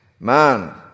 Man